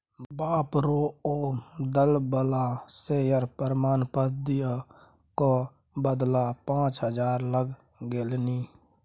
बाप रौ ओ दललबा शेयर प्रमाण पत्र दिअ क बदला पाच हजार लए लेलनि